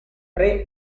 pre